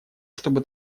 чтобы